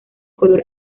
color